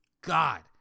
God